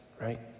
right